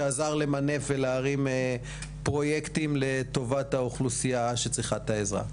שעזר למנף ולהרים פרויקטים לטובת האוכלוסייה שצריכה את העזרה.